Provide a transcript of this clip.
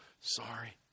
sorry